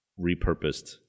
repurposed